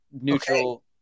neutral